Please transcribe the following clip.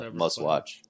must-watch